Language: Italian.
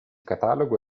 catalogo